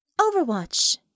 Overwatch